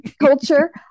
culture